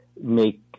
make